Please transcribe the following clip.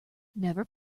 never